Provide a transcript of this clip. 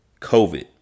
COVID